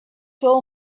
soul